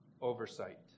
oversight